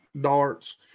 darts